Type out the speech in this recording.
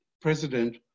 president